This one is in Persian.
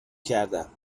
کردم